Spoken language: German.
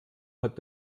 hat